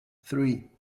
three